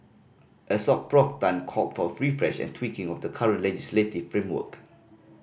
Assoc Prof Tan called for a refresh and tweaking of the current legislative framework